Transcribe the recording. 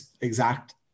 exact